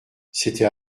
c’était